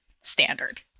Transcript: Standard